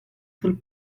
sul